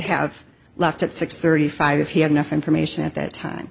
have left at six thirty five if he had enough information at that time